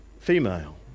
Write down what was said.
female